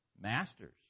Masters